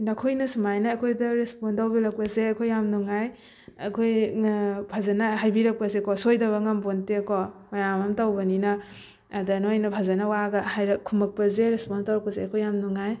ꯅꯈꯣꯏꯅ ꯁꯨꯃꯥꯏꯅ ꯑꯩꯈꯣꯏꯗ ꯔꯦꯁꯄꯣꯟ ꯇꯧꯕꯤꯔꯛꯄꯁꯦ ꯑꯩꯈꯣꯏ ꯌꯥꯝ ꯅꯨꯡꯉꯥꯏ ꯑꯩꯈꯣꯏ ꯐꯖꯅ ꯍꯥꯏꯔꯤꯔꯛꯄꯁꯦꯀꯣ ꯁꯣꯏꯗꯕ ꯉꯝꯄꯣꯟꯇꯦꯀꯣ ꯃꯌꯥꯝ ꯑꯃ ꯇꯧꯕꯅꯤꯅ ꯑꯗ ꯅꯣꯏꯅ ꯐꯖꯅ ꯋꯥꯒ ꯍꯥꯏꯔꯛ ꯈꯨꯝꯃꯛꯄꯁꯦ ꯔꯦꯁꯄꯣꯟ ꯇꯧꯔꯛꯄꯁꯦ ꯑꯩꯈꯣꯏ ꯌꯥꯝ ꯅꯨꯡꯉꯥꯏ